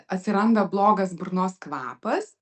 atsiranda blogas burnos kvapas